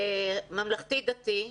ממלכתי-דתי,